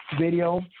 video